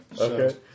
Okay